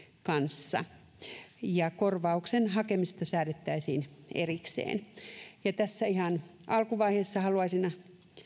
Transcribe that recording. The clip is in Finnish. kanssa korvauksen hakemisesta säädettäisiin erikseen tässä ihan alkuvaiheessa haluaisin